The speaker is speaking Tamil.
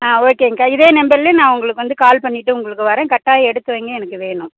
ஆ ஓகேங்க்கா இதே நம்பரில் நான் உங்களுக்கு வந்து கால் பண்ணிட்டு உங்களுக்கு வரேன் கட்டாயம் எடுத்து வைங்க எனக்கு வேணும்